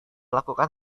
lakukan